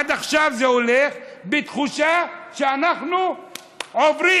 עד עכשיו זה הולך בתחושה שאנחנו עוברים.